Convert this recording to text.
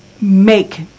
make